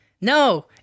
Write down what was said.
No